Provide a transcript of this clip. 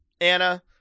Anna